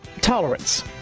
tolerance